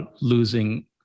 losing